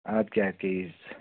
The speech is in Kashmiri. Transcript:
اَدٕ کیٛاہ اَدٕ کیٛاہ ییٖزِ